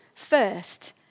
First